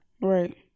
right